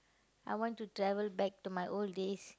I want to travel back to my old days